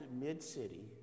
Mid-City